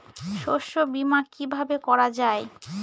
শস্য বীমা কিভাবে করা যায়?